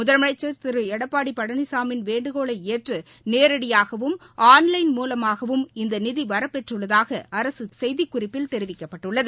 முதலமைச்சர் திரு எடப்பாடி பழனிசாமியின் வேண்டுகோளை ஏற்று நேரடியாகவும் ஆன்லைன் மூலமாகவும் இந்த நிதி வரப்பெற்றுள்ளதாக அரசு செய்திக்குறிப்பில் தெரிவிக்கப்பட்டுள்ளது